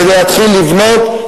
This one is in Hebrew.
כדי להתחיל לבנות,